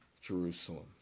Jerusalem